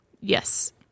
Yes